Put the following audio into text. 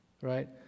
Right